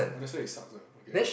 oh that's why it sucks lah okay lor